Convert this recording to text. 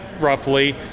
roughly